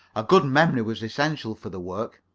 a good memory was essential for the work.